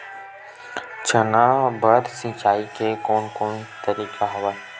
चना बर सिंचाई के कोन कोन तरीका हवय?